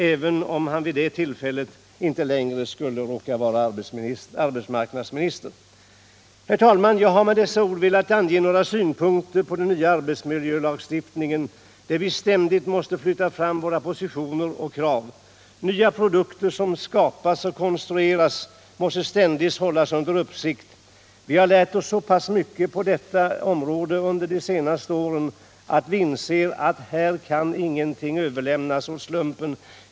Även om han vid det tillfället inte längre skulle vara arbetsmarknadsminister. Herr talman! Jag har med dessa ord velat ange några synpunkter på den nya arbetsmiljölagstiftningen, där vi ständigt måste leta fram våra positioner och krav. Nya produkter som skapas och konstrueras måste ständigt hållas under uppsikt. Vi har lärt oss så pass mycket på detta område under de senaste åren att vi inser att ingenting här kan överlämnas åt slumpen.